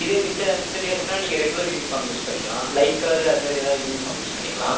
இதே மத்த மத்த டேஸ்னா நீங்கள் ரெகுலர் யூனிஃபார்ம் யூஸ் பண்ணிக்கலாம் லைட் கலரு அதுமாதிரி ஏதாவுது யூனிஃபார்ம் யூஸ் பண்ணிக்கலாம்